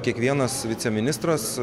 kiekvienas viceministras